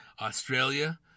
Australia